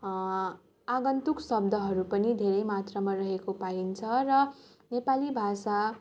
आगन्तुक शब्दहरू पनि धेरै मात्रमा रहेको पाइन्छ र नेपाली भाषा